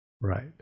Right